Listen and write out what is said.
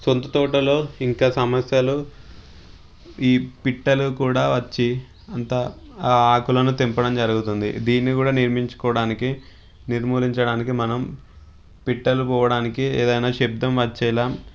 సొంత తోటలో ఇంకా సమస్యలు ఈ పిట్టలు కూడా వచ్చి అంతా ఆ ఆకులను తెంపడం జరుగుతుంది దీన్ని కూడా నిర్మించుకోవడానికి నిర్మూలించడానికి మనం పిట్టలు పోవడానికి ఏదైనా శబ్దం వచ్చేలాగా